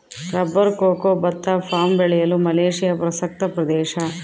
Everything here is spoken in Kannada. ರಬ್ಬರ್ ಕೊಕೊ ಭತ್ತ ಪಾಮ್ ಬೆಳೆಯಲು ಮಲೇಶಿಯಾ ಪ್ರಸಕ್ತ ಪ್ರದೇಶ